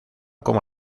como